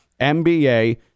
MBA